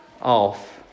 off